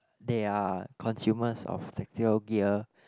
they are consumers of the gear